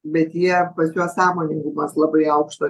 bet jie pas juos sąmoningumas labai aukšto